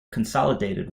consolidated